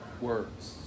words